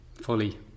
fully